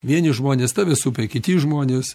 vieni žmonės tave supa kiti žmonės